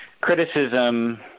criticism